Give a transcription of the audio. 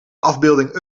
afbeelding